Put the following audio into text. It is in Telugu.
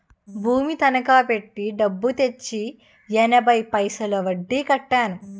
భూమి తనకా పెట్టి డబ్బు తెచ్చి ఎనభై పైసలు వడ్డీ కట్టాను